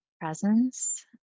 presence